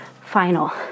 Final